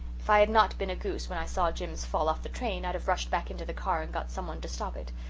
if i had not been a goose when i saw jims fall off the train i'd have rushed back into the car and got some one to stop it.